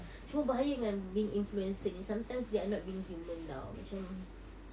cuma bahaya dengan being influencer ni sometimes they are not being human [tau] macam